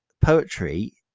poetry